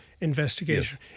investigation